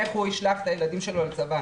איך הוא ישלח את הילדים שלו לצבא?